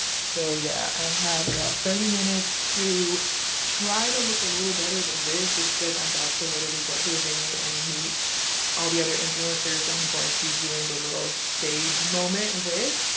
so yeah, i have thirty minutes to try to look a little better than this just because i'm about to literally go to the venue and meet all the other influencers that i'm going to be doing the little stage moment with.